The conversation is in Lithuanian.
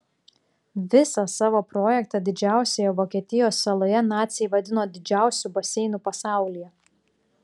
visą savo projektą didžiausioje vokietijos saloje naciai vadino didžiausiu baseinu pasaulyje